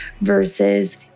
versus